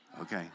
Okay